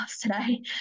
today